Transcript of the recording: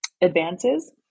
advances